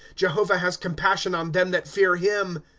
jehovah has compassion on them that fear him.